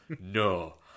No